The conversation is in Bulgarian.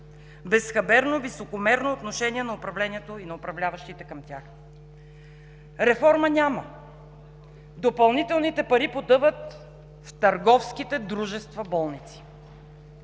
Безхаберно, високомерно отношение на управлението и на управляващите към тях! Реформа няма! Допълнителните пари потъват в търговските дружества – болници.